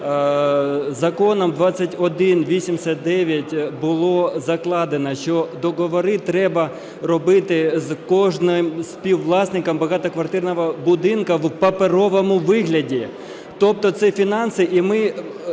Законом 2189 було закладено, що договори треба робити з кожним співвласником багатоквартирного будинку в паперовому вигляді. Тобто це фінанси, ну,